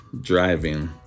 driving